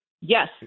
Yes